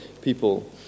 people